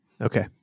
Okay